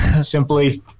Simply